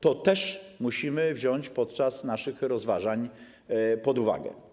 To też musimy wziąć podczas naszych rozważań pod uwagę.